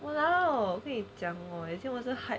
!walao! 跟你讲 hor 以前我是 hide